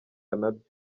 nabyo